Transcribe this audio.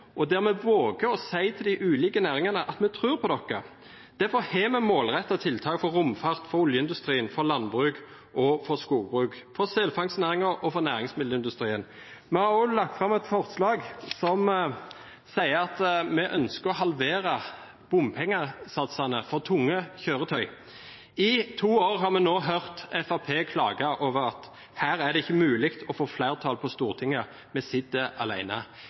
og der vi våger å si til de ulike næringene at vi tror på dem. Derfor har vi målrettede tiltak for romfart, for oljeindustrien, for landbruk og for skogbruk, for selfangstnæringen og for næringsmiddelindustrien. Vi har òg lagt fram et forslag der vi sier at vi ønsker å halvere bompengesatsene for tunge kjøretøy. I to år har vi hørt Fremskrittspartiet klage over at det ikke er mulig å få flertall på Stortinget,